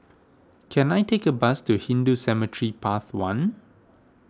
can I take a bus to Hindu Cemetery Path one